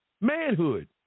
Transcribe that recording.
manhood